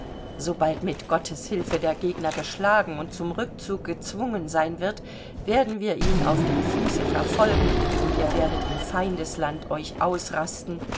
sobald mit gottes hilfe der gegner geschlagen und zum rückzug gezwungen sein wird werden wir ihn auf dem fuße verfolgen und ihr werdet in feindesland euch ausrasten